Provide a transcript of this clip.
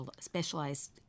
specialized